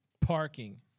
parking